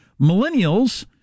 millennials